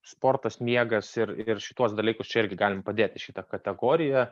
sportas miegas ir ir šituos dalykus čia irgi galim padėt į šitą kategoriją